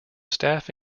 staff